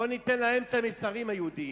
בוא ניתן להם את המסרים היהודיים,